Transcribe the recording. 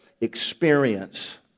experience